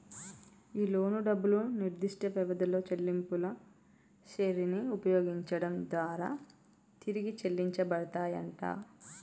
ఈ లోను డబ్బులు నిర్దిష్ట వ్యవధిలో చెల్లింపుల శ్రెరిని ఉపయోగించడం దారా తిరిగి చెల్లించబడతాయంట